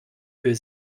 für